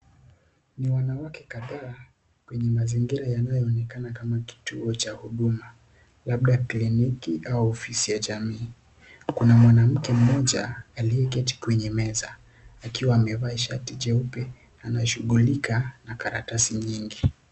Ni wanawake kadhaa kwenye mazingira yanayoonekana kama kituo cha huduma, labda kliniki au ofisi ya jamii. Kuna mwanamke mmoja aliyeketi kwenye meza akiwa amevaa shati jeupe na anashughulika na karatasi nyingi.